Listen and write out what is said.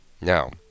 Now